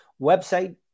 website